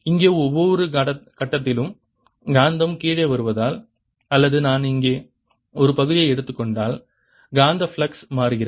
இங்கே ஒவ்வொரு கட்டத்திலும் காந்தம் கீழே வருவதால் அல்லது நான் இங்கே ஒரு பகுதியை எடுத்துக் கொண்டால் காந்தப் பிளக்ஸ் மாறுகிறது